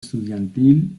estudiantil